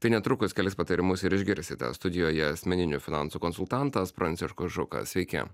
tai netrukus kelis patarimus ir išgirsite studijoje asmeninių finansų konsultantas pranciškus žukas sveiki